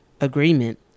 agreement